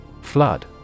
Flood